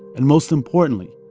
and most importantly,